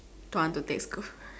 don't want to take Scoot